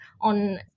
on